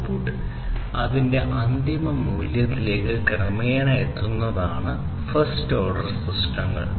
output അതിന്റെ അന്തിമ മൂല്യത്തിലേക്ക് ക്രമേണ എത്തുന്നതാണ് ഫസ്റ്റ് ഓർഡർ സിസ്റ്റങ്ങൾ